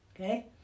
Okay